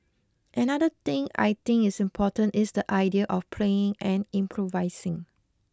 another thing I think is important is the idea of playing and improvising